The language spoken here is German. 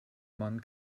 man